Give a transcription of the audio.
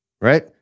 right